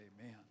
amen